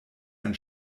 ein